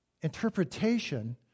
interpretation